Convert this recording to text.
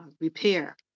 repair